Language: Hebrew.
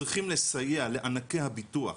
צריכים לסייע לענקי הביטוח,